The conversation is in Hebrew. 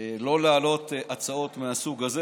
לא להעלות הצעות מהסוג הזה,